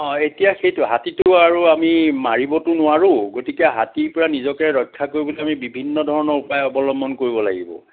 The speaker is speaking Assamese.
অঁ এতিয়া সেইটো হাতীটো আমি মাৰিবতো নোৱাৰোঁ গতিকে হাতীৰ পৰা নিজকে ৰক্ষা কৰিবলৈ আমি বিভিন্ন ধৰণৰ উপায় অৱলম্বন কৰিব লাগিব